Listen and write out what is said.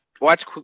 Watch